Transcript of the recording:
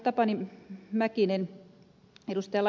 tapani mäkinen ja ed